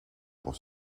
pour